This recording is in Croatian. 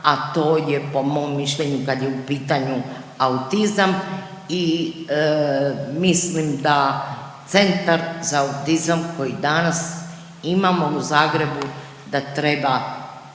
a to je po mom mišljenju, kad je u pitanju autizam i mislim da Centar za autizam koji danas imamo u Zagrebu, da treba